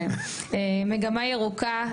מגמה ירוקה,